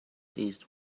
seized